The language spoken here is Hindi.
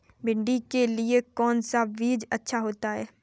भिंडी के लिए कौन सा बीज अच्छा होता है?